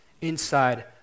Inside